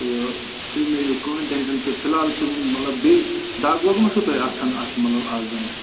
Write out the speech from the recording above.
تہٕ تُہۍ مہٕ ہیٚیِو کٕہٕنٛۍ ٹٮ۪نشَن تہٕ فِلحال چھِ ؤنہِ مطلب بیٚیہِ دَگ وَگ ما چھَو تۄہہِ اَتھ آسان اَتھ مطلب اَتھ زَنٛگہِ